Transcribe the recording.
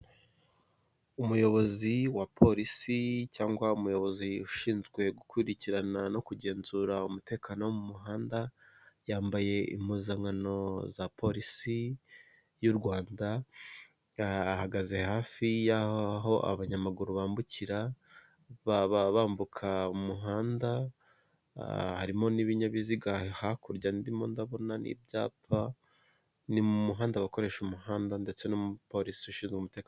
Umuyobozi wa polisi, cyangwa umuyobozi ushinzwe gukurikirana no kugenzura umutekano wo mu muhanda, yambaye impuzankano za polisi y'u Rwanda yahagaze hafi y'aho abanyamaguru bambukira ,baba bambuka umuhanda harimo n'ibinyabiziga hakurya ndimo ndabona n'ibyapa ni mu muhanda bakoresha umuhanda ndetse n'umupolisi ushinzwe umutekano.